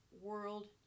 world